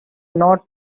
not